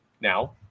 Now